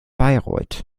bayreuth